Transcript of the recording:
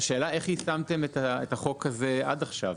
נכון, השאלה איך יישמתם את החוק הזה עד עכשיו?